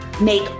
make